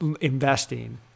investing